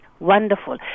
Wonderful